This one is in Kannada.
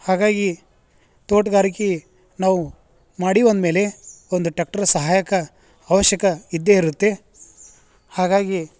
ಹಾಗಾಗಿ ತೋಟ್ಗಾರಿಕೆ ನಾವು ಮಾಡಿವಿ ಅಂದಮೇಲೆ ಒಂದು ಟ್ಯಾಕ್ಟರ್ ಸಹಾಯಕ ಅವಶ್ಯಕ ಇದ್ದೇ ಇರುತ್ತೆ ಹಾಗಾಗಿ